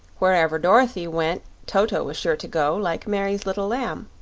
wherever dorothy went toto was sure to go, like mary's little lamb.